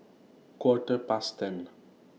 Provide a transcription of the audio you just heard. Quarter Past ten